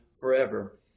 forever